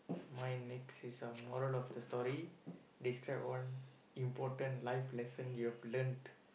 my next is uh moral of the story describe one important life lesson you've learnt